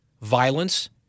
violence